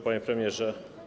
Panie Premierze!